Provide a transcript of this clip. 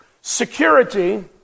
Security